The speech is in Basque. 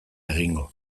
egingo